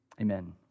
Amen